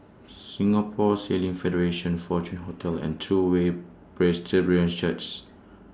Singapore Sailing Federation Fortuna Hotel and True Way Church